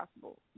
possible